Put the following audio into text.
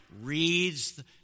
reads